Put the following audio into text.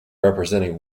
representing